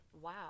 wow